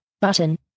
button